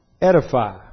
edify